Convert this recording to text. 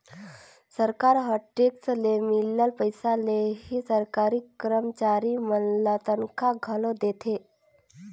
सरकार ह टेक्स ले मिलल पइसा ले ही सरकारी करमचारी मन ल तनखा घलो देथे